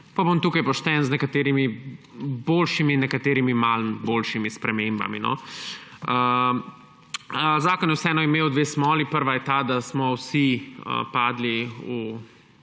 pa bom tukaj pošten, z nekaterimi boljšimi, nekaterimi manj boljšimi spremembami. Zakon je vseeno imel dve smoli. Prva je ta, da smo vsi padli v